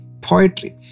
poetry